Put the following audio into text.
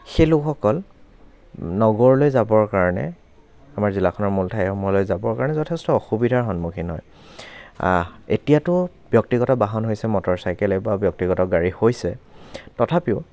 সেই লোকসকল নগৰলৈ যাবৰ কাৰণে আমাৰ জিলাখনৰ মূল ঠাইসমূহলৈ যাবৰ কাৰণে যথেষ্ট অসুবিধাৰ সন্মুখীন হয় এতিয়াটো ব্য়ক্তিগত বাহন হৈছে মটৰ চাইকেলেই বা ব্য়ক্তিগত গাড়ী হৈছে তথাপিও